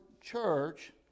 church